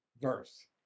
verse